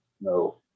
No